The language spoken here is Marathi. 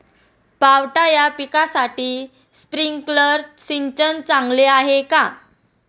पावटा या पिकासाठी स्प्रिंकलर सिंचन चांगले आहे का?